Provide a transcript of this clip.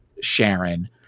Sharon